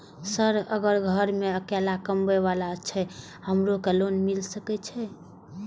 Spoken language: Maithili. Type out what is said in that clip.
सर अगर घर में अकेला कमबे वाला छे हमरो के लोन मिल सके छे?